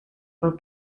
por